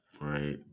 right